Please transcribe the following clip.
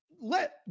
Let